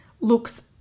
looks